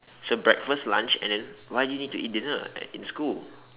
so breakfast lunch and then why do you need to eat dinner at in school